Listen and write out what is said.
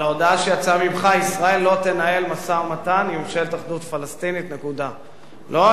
אבל ההודעה שיצאה ממך: ישראל לא תנהל משא-ומתן עם ממשלת אחדות פלסטינית.